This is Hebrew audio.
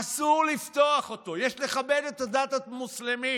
אסור לפתוח אותו, יש לכבד את הדת המוסלמית.